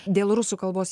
dėl rusų kalbos